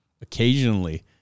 Occasionally